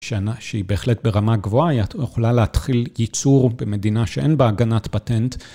שנה שהיא בהחלט ברמה גבוהה, היא את יכולה להתחיל ייצור במדינה שאין בה הגנת פטנט.